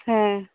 ᱦᱮᱸ